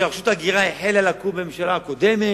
כשרשות ההגירה החלה לקום בממשלה הקודמת,